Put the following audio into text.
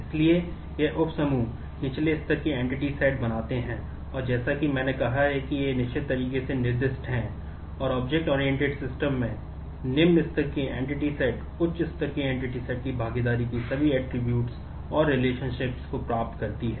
इसलिए ये उप समूह निचले स्तर की एंटिटी सेट को प्राप्त करती है